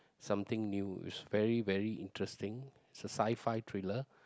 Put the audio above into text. something new which very very interesting it's a sci-fi thriller